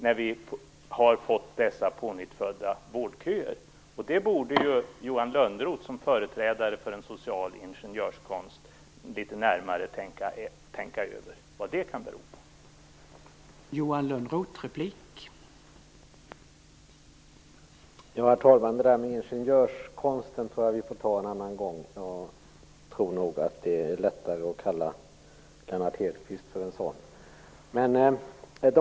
Johan Lönnroth borde som företrädare för en social ingenjörskonst litet närmare tänka över vad det kan bero på.